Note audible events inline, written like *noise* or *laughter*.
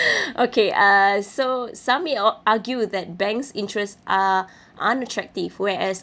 *breath* okay uh so somebody or argue with that banks interest are unattractive whereas